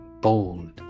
bold